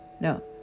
No